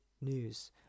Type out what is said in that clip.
news